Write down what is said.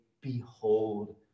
behold